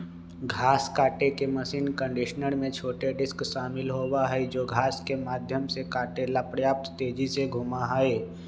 घास काटे के मशीन कंडीशनर में छोटे डिस्क शामिल होबा हई जो घास के माध्यम से काटे ला पर्याप्त तेजी से घूमा हई